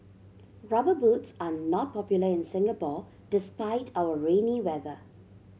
Rubber Boots are not popular in Singapore despite our rainy weather